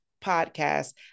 podcast